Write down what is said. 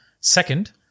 Second